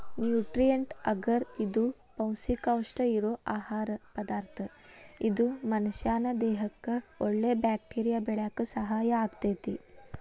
nutrient agar ಇದು ಪೌಷ್ಟಿಕಾಂಶ ಇರೋ ಆಹಾರ ಪದಾರ್ಥ ಇದು ಮನಷ್ಯಾನ ದೇಹಕ್ಕಒಳ್ಳೆ ಬ್ಯಾಕ್ಟೇರಿಯಾ ಬೆಳ್ಯಾಕ ಸಹಾಯ ಆಗ್ತೇತಿ